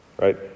right